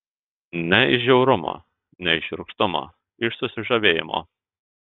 ne iš žiaurumo ne iš šiurkštumo iš susižavėjimo